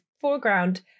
foreground